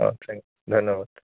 অ thank ধন্যবাদ